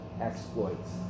exploits